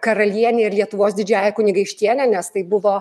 karaliene ir lietuvos didžiąja kunigaikštiene nes tai buvo